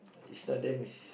it's not them it's